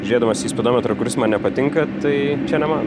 žiūrėdamas į spidometrą kuris man nepatinka tai čia ne man